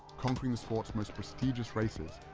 conquering the sport's most prestigious races,